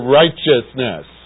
righteousness